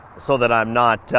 so that i'm not